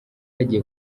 yagiye